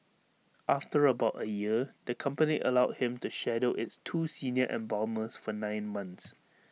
after about A year the company allowed him to shadow its two senior embalmers for nine months